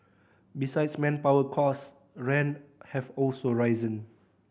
besides manpower costs rents have also risen